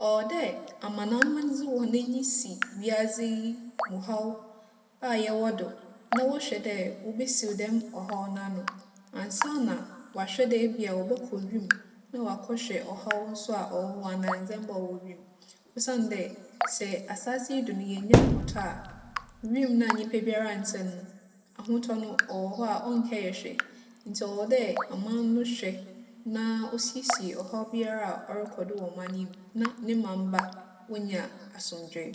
ͻwͻ dɛ amanaman dze hͻn enyi si wiadze yi mu haw a yɛwͻ do, na wͻhwɛ dɛ wobesiw dɛm ͻhaw no ano ansaana wͻaahwɛ dɛ bi a wͻbͻkͻ wimu na wͻakͻhwɛ ͻhaw so a ͻwͻ hͻ anaa ndzɛmba a ͻwͻ wimu. Osiandɛ sɛ asaase yi do no, yennya ahotͻ a, wimu na nyimpa biara nntse no, ahotͻ no ͻwͻ hͻ a ͻnnkɛyɛ hwee. Ntsi ͻwͻ dɛ aman no hwɛ na osiesie ͻhaw biara a ͻrokͻ do wͻ ͻman yi mu na ne mamba wonya asomdwee.